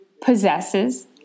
possesses